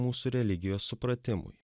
mūsų religijos supratimui